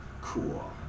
Cool